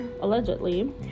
allegedly